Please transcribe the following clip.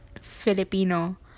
Filipino